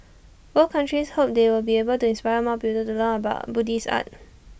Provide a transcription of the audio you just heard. both countries hope they will be able to inspire more people to learn about Buddhist art